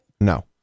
No